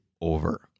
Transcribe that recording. over